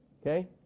Okay